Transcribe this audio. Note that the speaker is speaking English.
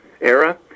era